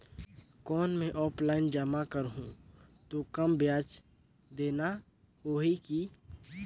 कौन मैं ऑफलाइन जमा करहूं तो कम ब्याज देना होही की?